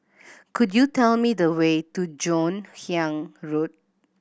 could you tell me the way to Joon Hiang Road